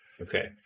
okay